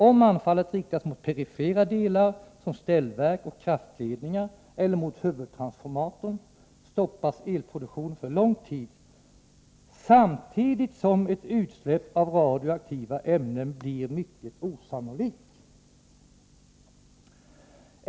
Om anfallet riktas mot perifera delar som ställverk och kraftledningar eller mot huvudtransformatorn, stoppas elproduktionen för lång tid samtidigt som ett utsläpp av radioaktiva ämnen blir mycket osannolikt.